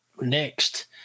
next